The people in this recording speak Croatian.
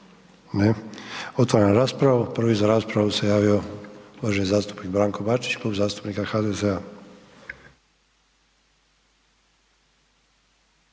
Ne. Otvaram raspravu. Prvi za raspravu se javio uvaženi zastupnik Branko Bačić, Klub zastupnika HDZ-a